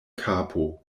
kapo